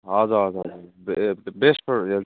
हजुर हजुर हजुर ए बेस्ट फर हेल्थ